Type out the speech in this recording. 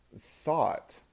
thought